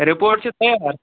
report چھِ تیار